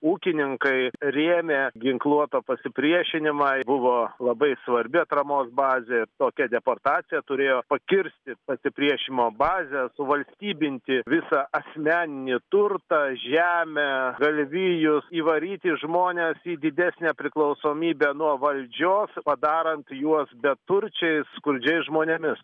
ūkininkai rėmė ginkluotą pasipriešinimą buvo labai svarbi atramos bazė tokia deportacija turėjo pakirsti pasipriešinimo bazę suvalstybinti visą asmeninį turtą žemę galvijus įvaryti žmones į didesnę priklausomybę nuo valdžios padarant juos beturčiais skurdžiais žmonėmis